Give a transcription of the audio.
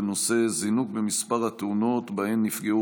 בנושא: זינוק במספר התאונות שבהן נפגעו